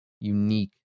unique